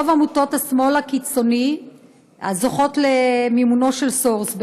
רוב עמותות השמאל הקיצוני זוכות למימונו של סורס,